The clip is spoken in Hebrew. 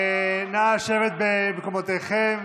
נא לשבת במקומותיכם.